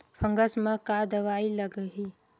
Fungus म का दवाई लगी?